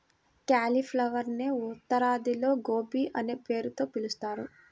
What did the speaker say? క్యాలిఫ్లవరునే ఉత్తరాదిలో గోబీ అనే పేరుతో పిలుస్తారు